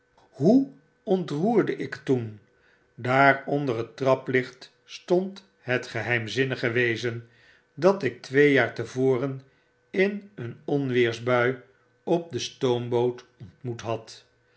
hoe ontroerde ik toen daar onder het traplicht stond het geheimzinnige wezen dat ik twee jaar te voren in een onweersbui op de stoomboot ontmoet had